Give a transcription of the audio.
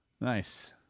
Nice